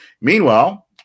Meanwhile